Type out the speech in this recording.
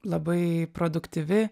labai produktyvi